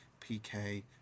PK